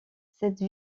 cette